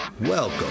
Welcome